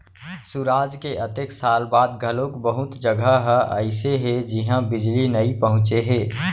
सुराज के अतेक साल बाद घलोक बहुत जघा ह अइसे हे जिहां बिजली नइ पहुंचे हे